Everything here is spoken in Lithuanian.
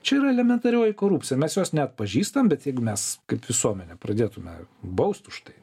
čia yra elementarioji korupcija mes jos neatpažįstam bet jeigu mes kaip visuomenė pradėtume baust už tai